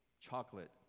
chocolate